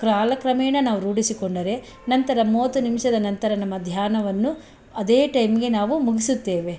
ಕಾಲಕ್ರಮೇಣ ನಾವು ರೂಢಿಸಿಕೊಂಡರೆ ನಂತರ ಮೂವತ್ತು ನಿಮಿಷದ ನಂತರ ನಮ್ಮ ಧ್ಯಾನವನ್ನು ಅದೇ ಟೈಮಿಗೆ ನಾವು ಮುಗಿಸುತ್ತೇವೆ